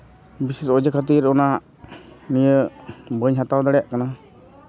ᱵᱤᱥᱮᱥ ᱚᱡᱮ ᱠᱷᱟᱹᱛᱤᱨ ᱚᱱᱟ ᱱᱤᱭᱟᱹ ᱵᱟᱹᱧ ᱦᱟᱛᱟᱣ ᱫᱟᱲᱮᱭᱟᱜ ᱠᱟᱱᱟ